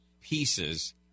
pieces